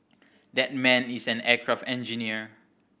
that man is an aircraft engineer